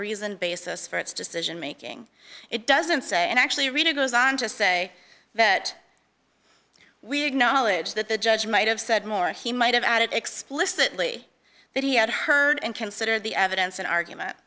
reason basis for its just making it doesn't say and actually really goes on to say that we acknowledge that the judge might have said more he might have added explicitly that he had heard and consider the evidence and argument